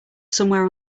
somewhere